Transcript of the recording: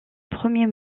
premier